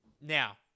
Now